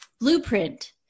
blueprint